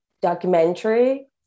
documentary